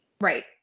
Right